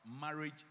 marriage